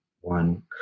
one